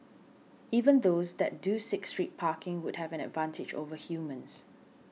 even those that do seek street parking would have an advantage over humans